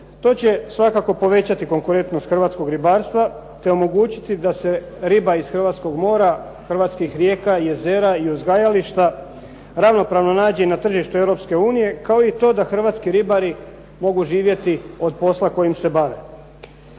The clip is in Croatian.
to će svakako povećati konkurentnost hrvatskog ribarstva te omogućiti da se riba iz hrvatskog mora, hrvatskih rijeka, jezera i uzgajališta ravnopravno nađe na tržištu Europske unije, kao i to da hrvatski ribari mogu živjeti od posla kojim se bave.